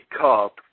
Cup